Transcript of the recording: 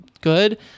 good